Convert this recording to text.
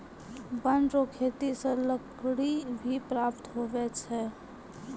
वन रो खेती से लकड़ी भी प्राप्त हुवै छै